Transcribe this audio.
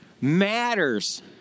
matters